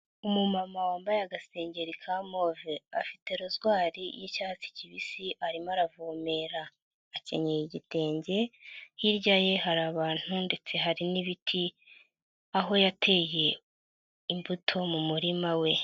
Umumama wambaye agasengengeri ka move, afite rozwari y'icyatsi kibisi arimo aravomera, akenyera igitenge hirya ye hari abantu ndetse hari n'ibiti aho yateye imbuto mu murima we.